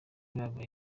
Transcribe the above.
babaye